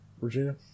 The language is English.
Regina